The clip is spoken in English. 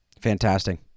Fantastic